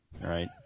right